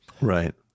right